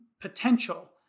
potential